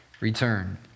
return